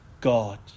God